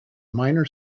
minor